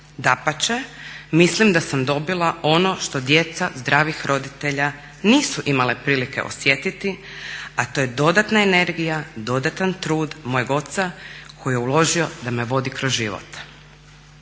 Dapače, mislim da sam dobila ono što djeca zdravih roditelja nisu imala prilike osjetiti, a to je dodatna energija, dodatan trud mojeg oca koji je uložio da me vodi kroz život.